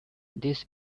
this